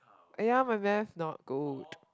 !aiya! my Math not good